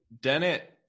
dennett